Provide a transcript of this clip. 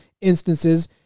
instances